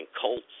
cults